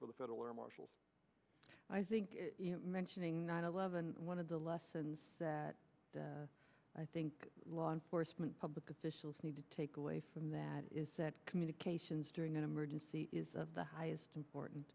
for the federal air marshal i think mentioning nine eleven one of the lessons that i think law enforcement public officials need to take away from that is communications during an emergency is at the highest important